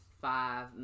five